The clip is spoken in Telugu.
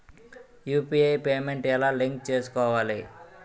యు.పి.ఐ పేమెంట్ ఎలా లింక్ చేసుకోవాలి?